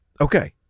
Okay